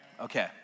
Okay